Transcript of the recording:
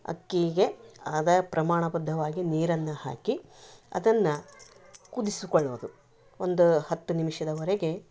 ಅಕ್ಕೀಗೆ ಅದೇ ಪ್ರಮಾಣ ಬದ್ಧವಾಗಿ ನೀರನ್ನ ಹಾಕಿ ಅದನ್ನ ಕುದಿಸಿಕೊಳ್ಳೋದು ಒಂದು ಹತ್ತು ನಿಮಿಷದವರೆಗೆ